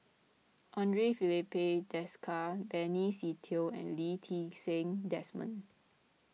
andre Filipe Desker Benny Se Teo and Lee Ti Seng Desmond